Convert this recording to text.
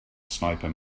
sniper